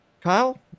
kyle